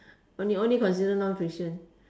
only only consider non fiction